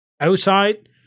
outside